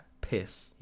piss